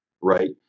right